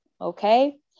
okay